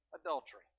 adultery